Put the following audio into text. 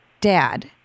dad